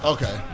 Okay